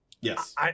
Yes